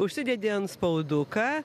užsidedi antspauduką